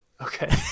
Okay